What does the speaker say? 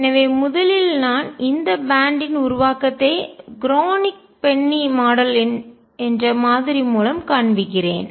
எனவே முதலில் நான் இந்த பேன்ட் பட்டை இன் உருவாக்கத்தை க்ரோனிக் பென்னி மாடல் என்ற மாதிரி மூலம் காண்பிக்கிறேன்